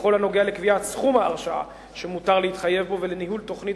בכל הנוגע לקביעת סכום ההרשאה שמותר להתחייב בו ולניהול תוכנית